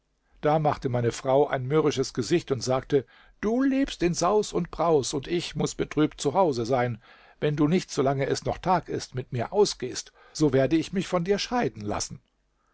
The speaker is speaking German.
da machte meine frau ein mürrisches gesicht und sagte du lebst in saus und braus und ich muß betrübt zu hause sein wenn du nicht so lange es noch tag ist mit mir ausgehst so werde ich mich von dir scheiden lassen